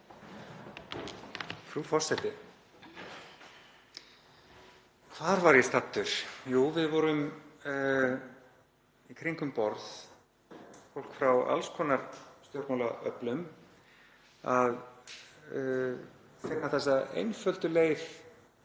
Frú forseti. Hvar var ég staddur? Jú, við vorum í kringum borð, fólk frá alls konar stjórnmálaöflum, að finna þessa einföldu leið